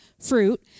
fruit